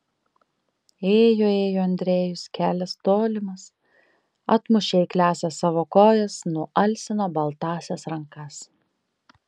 ėjo ėjo andrejus kelias tolimas atmušė eikliąsias savo kojas nualsino baltąsias rankas